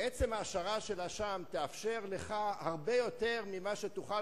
עצם ההשארה של החטיבה שם תאפשר לך הרבה יותר ממה שתוכל